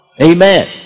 Amen